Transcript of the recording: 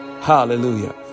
Hallelujah